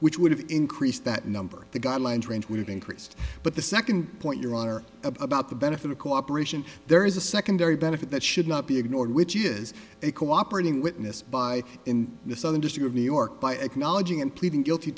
which would have increased that number the guidelines range we've increased but the second point your honor about the benefit of cooperation there is a secondary benefit that should not be ignored which is a cooperating witness by in the southern district of new york by acknowledging and pleading guilty